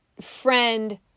friend